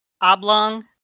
oblong